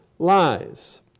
lies